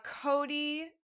Cody